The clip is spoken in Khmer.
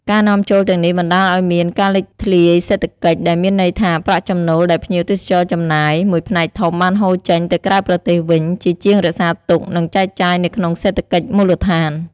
ការនាំចូលទាំងនេះបណ្តាលឱ្យមាន ការលេចធ្លាយសេដ្ឋកិច្ច ដែលមានន័យថា ប្រាក់ចំណូលដែលភ្ញៀវទេសចរចំណាយ មួយផ្នែកធំបានហូរចេញទៅក្រៅប្រទេសវិញ ជាជាងរក្សាទុក និងចែកចាយនៅក្នុងសេដ្ឋកិច្ចមូលដ្ឋាន។